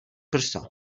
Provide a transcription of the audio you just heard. prsa